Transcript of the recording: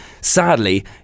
sadly